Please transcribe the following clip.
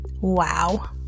Wow